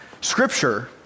Scripture